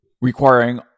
requiring